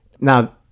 Now